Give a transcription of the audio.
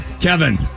Kevin